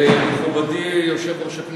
מכובדי היושב-ראש,